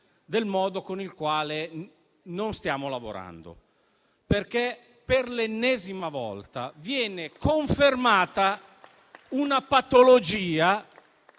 del modo con il quale non stiamo lavorando. Per l'ennesima volta, viene confermata una patologia,